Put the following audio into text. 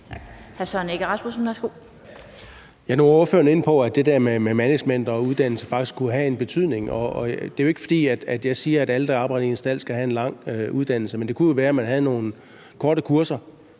Nu var ordføreren inde på det der med, at management og uddannelse faktisk kunne have en betydning. Det er jo ikke, fordi jeg siger, at alle, der arbejder i en stald, skal have en lang uddannelse, men det kunne jo være, at man tog nogle korte kurser,